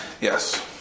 Yes